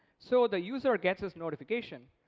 so the user gets this notification,